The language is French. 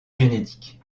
génétique